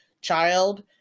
child